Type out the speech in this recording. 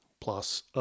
plus